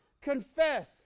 confess